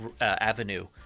avenue